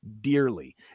dearly